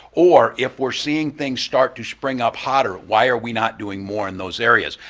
or if we're seeing things start to spring up hotter, why are we not doing more in those areas,